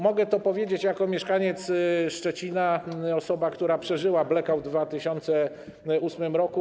Mogę to powiedzieć jako mieszkaniec Szczecina, osoba, która przeżyła blackout w 2008 r.